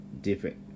different